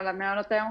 ציבוריים.